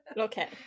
Okay